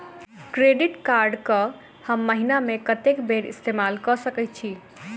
Credit card कऽ हम महीना मे कत्तेक बेर इस्तेमाल कऽ सकय छी?